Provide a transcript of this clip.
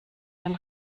den